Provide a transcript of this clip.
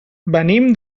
venim